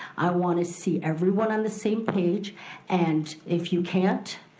i wanna see everyone on the same page and if you can't